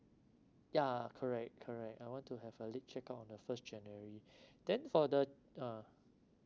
yeah correct correct I want to have a late check out on the first january then for the ah